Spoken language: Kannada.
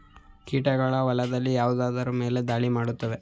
ಕೀಟಗಳು ಹೊಲದಲ್ಲಿ ಯಾವುದರ ಮೇಲೆ ಧಾಳಿ ಮಾಡುತ್ತವೆ?